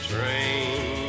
Train